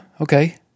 okay